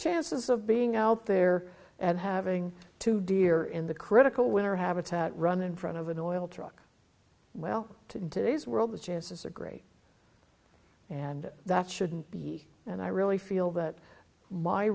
chances of being out there and having to dearer in the critical winter habitat run in front of an oil truck well to today's world the chances are great and that shouldn't be and i really feel that my